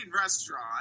restaurant